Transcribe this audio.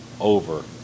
over